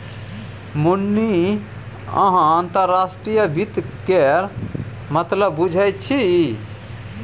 मुन्नी अहाँ अंतर्राष्ट्रीय वित्त केर मतलब बुझैत छी